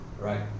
right